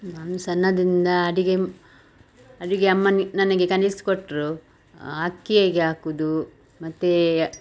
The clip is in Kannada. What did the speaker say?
ನಾನು ಸಣ್ಣದಿಂದಾ ಅಡುಗೆ ಅಡುಗೆ ಅಮ್ಮನೇ ನನಗೆ ಕಲಿಸಿಕೊಟ್ರು ಅಕ್ಕಿ ಹೇಗೆ ಹಾಕುವುದು ಮತ್ತು